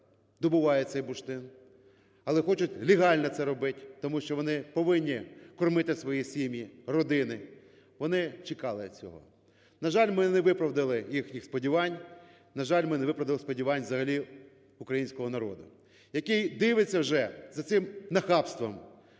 добувають цей бурштин, але хочуть легально це робить, тому що вони повинні кормити свої сім'ї, родини, вони чекали цього. На жаль, ми не виправдали їхніх сподівань. На жаль, ми не виправдали сподівань взагалі українського народу, який дивиться вже за цим нахабством,